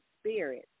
spirit